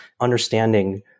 understanding